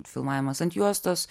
filmavimas ant juostos